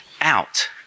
out